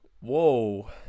Whoa